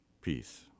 Peace